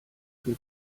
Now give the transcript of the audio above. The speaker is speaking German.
für